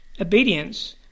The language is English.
obedience